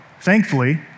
thankfully